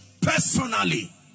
personally